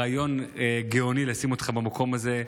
רעיון גאוני לשים אותך במקום הזה,